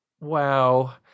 Wow